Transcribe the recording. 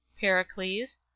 Pericles